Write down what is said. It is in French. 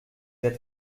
êtes